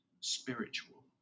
spiritual